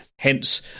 Hence